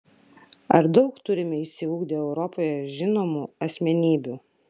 ar daug turime išsiugdę europoje žinomų asmenybių